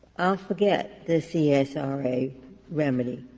i'll forget the csra remedy